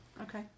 Okay